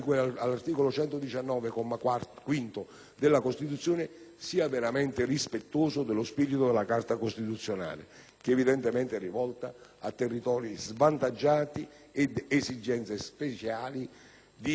quinto, della Costituzione, sia veramente rispettoso dello spirito della Carta costituzionale, che evidentemente è rivolta a territori svantaggiati e ad esigenze speciali di perequazione infrastrutturale.